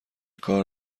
کار